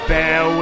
Bear